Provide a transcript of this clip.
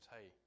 Hey